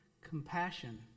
Compassion